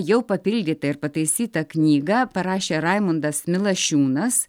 jau papildyta ir pataisytą knygą parašė raimundas milašiūnas